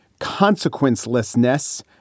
consequencelessness